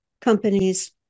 companies